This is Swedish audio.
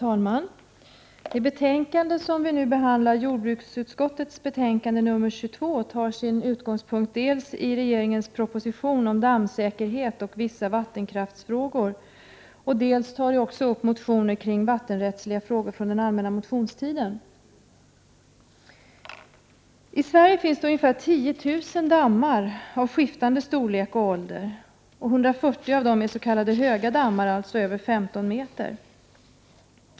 Herr talman! Jordbruksutskottets betänkande 22, som vi nu behandlar, tar sin utgångspunkt dels i regeringens proposition om dammsäkerhet och vissa vattenkraftsfrågor, dels i motioner från allmänna motionstiden kring vattenrättsliga frågor. I Sverige finns ungefär 10 000 dammar av skiftande storlek och ålder. Av dem är 140 s.k. höga dammar, alltså över 15 meter.